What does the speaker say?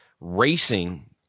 racing